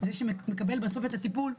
זה שמקבל את הטיפול,